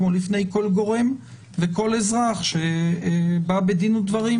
כמו לפני כל גורם וכל אזרח שבא בדין ודברים,